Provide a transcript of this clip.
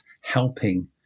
helping